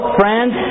friends